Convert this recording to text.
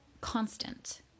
constant